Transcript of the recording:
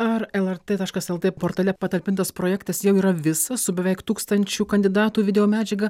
ar lrt tškas lt portale patalpintas projektas jau yra visas su beveik tūkstančiu kandidatų video medžiaga